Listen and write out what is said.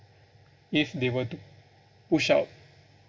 if they were to push out